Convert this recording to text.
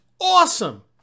awesome